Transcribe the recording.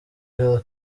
hillary